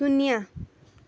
शून्य